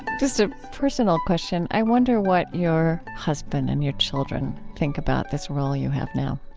this is a personal question. i wonder what your husband and your children think about this role you have now